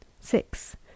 Six